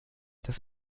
das